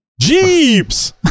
Jeeps